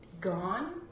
gone